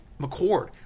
McCord